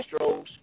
Astros